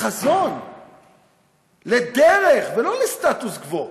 לחזון, לדרך, ולא לסטטוס-קוו?